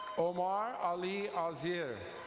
omar ali azeer.